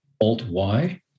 Alt-Y